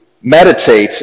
meditate